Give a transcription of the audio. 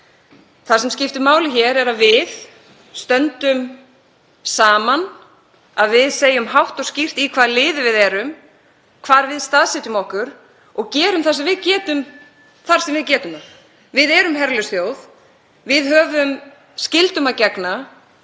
Það sem skiptir máli hér er að við stöndum saman, að við segjum hátt og skýrt í hvaða liði við erum, hvar við staðsetjum okkur og gerum það sem við getum þar sem við getum það. Við erum herlaus þjóð. Við höfum skyldum að gegna,